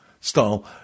style